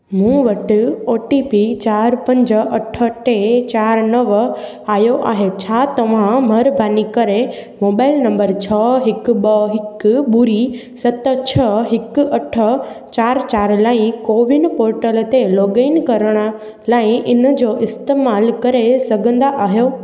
मूं वटि ओटीपी चारि पंज अठ टे चारि नव आयो आहे छा तव्हां महिरबानी करे मोबाइल नंबर छह हिकु ॿ हिकु ॿुड़ी सत छह हिकु अठ चारि चारि लाइ कोविन पोटल ते लोगइन करण लाइ इन जो इस्तमाल करे सघंदा आहियो